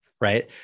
Right